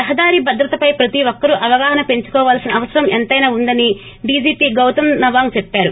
రహదారి భద్రత పై ప్రతి ఒక్కరూ అవగాహన పెంచుకోవాల్సిన అవసరం ఎంత్రెనా ఉందని డిజిపి గౌతమ్ సవాంగ్ అన్నారు